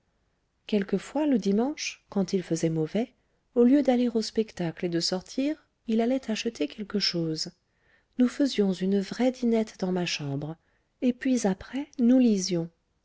quelquefois le dimanche quand il faisait mauvais au lieu d'aller au spectacle et de sortir il allait acheter quelque chose nous faisions une vraie dînette dans ma chambre et puis après nous lisions